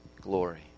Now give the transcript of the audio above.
glory